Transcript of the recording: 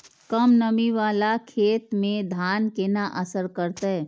कम नमी वाला खेत में धान केना असर करते?